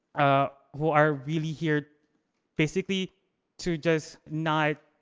ah who are really here basically to just not,